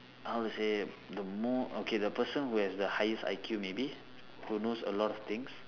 how to say the more okay the person who has the highest I_Q maybe who knows a lot of things